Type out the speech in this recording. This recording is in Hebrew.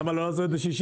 אז למה לא עשו את זה 60?